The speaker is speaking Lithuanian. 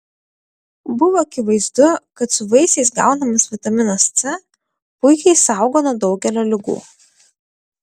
buvo akivaizdu kad su vaisiais gaunamas vitaminas c puikiai saugo nuo daugelio ligų